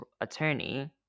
attorney